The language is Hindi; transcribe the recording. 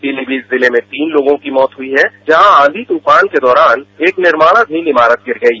पिलीभीत जिले में तीन लोगों की मौत हुई है जहां आंधी तूफान के दौरान एक निर्माणधीन इमारत गिर गई